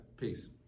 peace